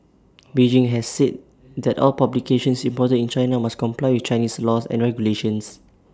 Beijing has said that all publications imported China must comply with Chinese laws and regulations